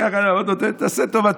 אמרתי לו: תעשה טובה,